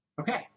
Okay